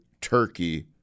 turkey